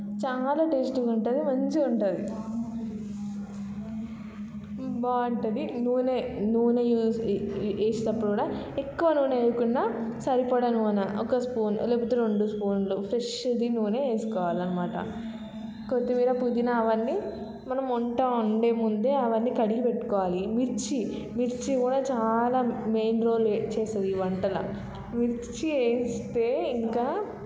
చాలా టేస్టీగా ఉంటుంది మంచిగా ఉంటుంది బాగుంటుంది నూనె నూనె వేసినప్పుడు కూడా ఎక్కువ నూనె వేయకుండా సరిపడ నూనె ఒక స్పూన్ లేకపోతే రెండు స్పూన్లు ఫ్రెష్ నూనె వేసుకోవాలి అన్నమాట కొత్తిమీర పుదీనా అవన్నీ మనం వంట వండే ముందే అవన్నీ కడిగి పెట్టుకోవాలి మిర్చి మిర్చి కూడా చాలా మెయిన్ రోల్ చేస్తుంది ఈ వంటలో మిర్చి వేస్తే ఇంకా